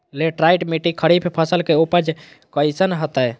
Laterite मिट्टी खरीफ फसल के उपज कईसन हतय?